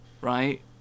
Right